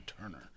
Turner